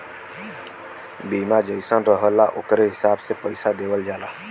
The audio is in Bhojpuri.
बीमा जइसन रहला ओकरे हिसाब से पइसा देवल जाला